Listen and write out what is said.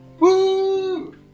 Woo